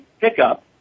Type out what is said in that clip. pickup